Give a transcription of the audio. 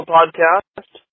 Podcast